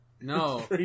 No